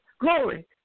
glory